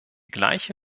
gleiche